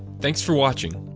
thanks for watching.